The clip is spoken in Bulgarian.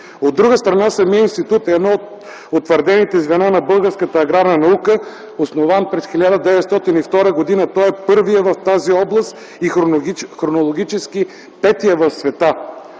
От друга страна, самият институт е едно от утвърдените звена на българската аграрна наука. Основан през 1902 г., той е първият в тази област и хронологически петият в света.